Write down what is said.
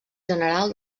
general